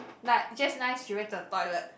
like just nice she went to the toilet